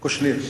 קושנר.